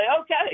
Okay